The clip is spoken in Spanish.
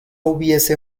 hubiese